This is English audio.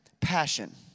passion